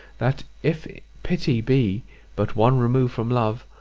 that if pity be but one remove from love,